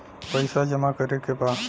पैसा जमा करे के बा?